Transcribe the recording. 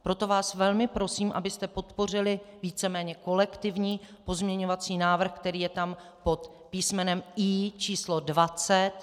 Proto vás velmi prosím, abyste podpořili víceméně kolektivní pozměňovací návrh, který je tam pod písmenem I číslo 20.